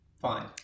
Fine